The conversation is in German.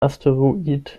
asteroid